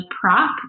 prop